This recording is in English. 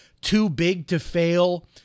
too-big-to-fail